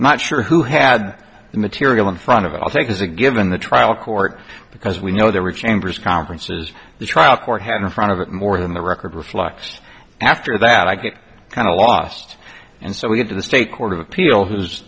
not sure who had the material in front of i'll take as a given the trial court because we know there were chambers conferences the trial court had in front of it more than the record reflects after that i get kind of lost and so we get to the state court of appeal